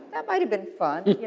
that might have been fun, you